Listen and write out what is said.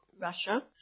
Russia